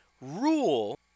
Rule